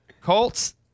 Colts